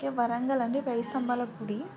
okay Warangal అండి వేయి స్తంభాల గుడి